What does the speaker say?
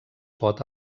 pot